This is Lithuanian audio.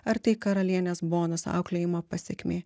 ar tai karalienės bonos auklėjimo pasekmė